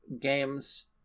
games